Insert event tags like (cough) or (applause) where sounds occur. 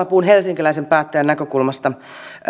(unintelligible) puhun helsinkiläisen päättäjän näkökulmasta